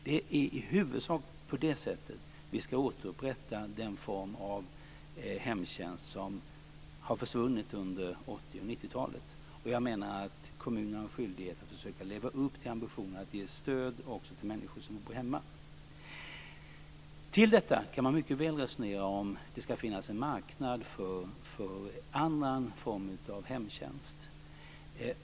Det är i huvudsak på det sättet som vi ska återupprätta den form av hemtjänst som har försvunnit under 80 och 90-talet, och jag menar att kommunerna har skyldighet att försöka leva upp till ambitionen att ge stöd också till människor som bor hemma. Utöver detta kan man mycket väl resonera om ifall det ska finnas en marknad för en annan form av hemtjänst.